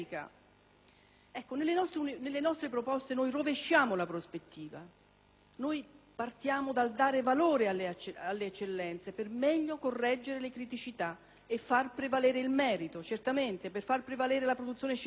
mondo. Nelle nostre proposte rovesciamo la prospettiva, partiamo dal dare valore alle eccellenze per meglio correggere le criticità e far prevalere il merito, per far prevalere la produzione scientifica,